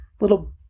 little